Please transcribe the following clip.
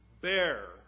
bear